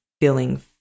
feeling